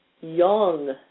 young